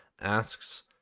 asks